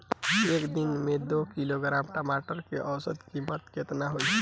एक दिन में दो किलोग्राम टमाटर के औसत कीमत केतना होइ?